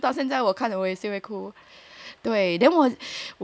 我我也会哭会不会哭到现在我会哭